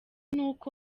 n’uko